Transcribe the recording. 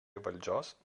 valdžios